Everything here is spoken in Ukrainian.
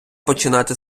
починати